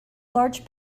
large